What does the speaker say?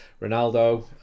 ronaldo